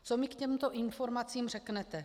Co mi k těmto informacím řeknete?